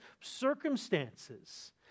circumstances